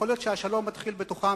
יכול להיות שהשלום מתחיל בתוכם,